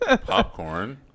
Popcorn